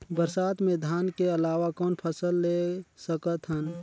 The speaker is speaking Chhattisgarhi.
बरसात मे धान के अलावा कौन फसल ले सकत हन?